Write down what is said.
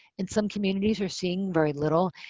and some communities are seeing very little.